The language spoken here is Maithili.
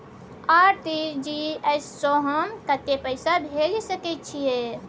आर.टी.जी एस स हम कत्ते पैसा भेज सकै छीयै?